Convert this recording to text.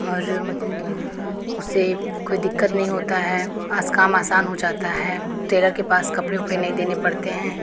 और उससे कोई दिक्कत नहीं होता है आस काम आसान हो जाता है टेलर के पास कपड़े ओपड़े नहीं देने पड़ते हैं